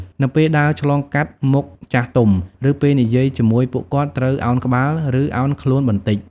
នៅពេលដើរឆ្លងកាត់មុខចាស់ទុំ ឬពេលនិយាយជាមួយពួកគាត់ត្រូវឱនក្បាល ឬឱនខ្លួនបន្តិច។